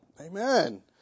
Amen